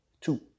Two